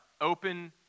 open